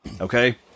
Okay